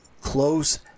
close